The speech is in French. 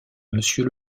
monsieur